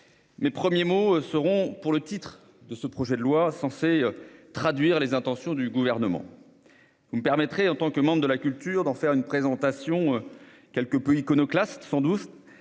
Mes premiers mots seront pour le titre de ce projet de loi, censé traduire les intentions du Gouvernement. Permettez-moi, en tant que membre de la commission de la culture, d'en faire une présentation quelque peu iconoclaste, fondée